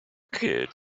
kid